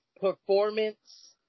performance